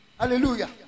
Hallelujah